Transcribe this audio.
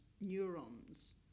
neurons